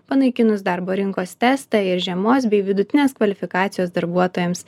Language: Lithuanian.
panaikinus darbo rinkos testą ir žemos bei vidutinės kvalifikacijos darbuotojams